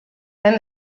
and